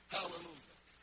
Hallelujah